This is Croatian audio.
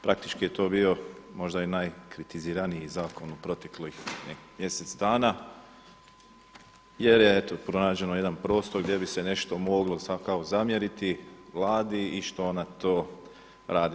Praktički je to bio možda i najkritiziraniji zakon u proteklih mjesec dana jer je eto pronađen jedan prostor gdje bi se nešto moglo kao zamjeriti Vladi i što ona to radi.